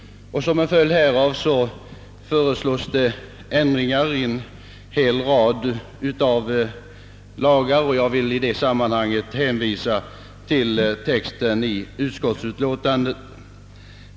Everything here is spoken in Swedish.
Som en följd härav föreslås ändringar i en hel del lagar, och jag hänvisar i det sammanhanget till texten i utskottsut låtandet.